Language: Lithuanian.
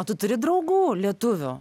o tu turi draugų lietuvių